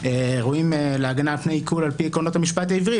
ראויים להגנה מפני עיקול על פי עקרונות המשפט העברי,